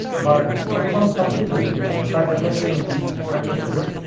but confirmed subsequently by developments in microscopy.